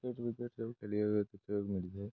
cricket wicket ସବୁ ଖଳିବା ବ୍ୟତୀତ ମିିଳିଥାଏ